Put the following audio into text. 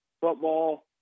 football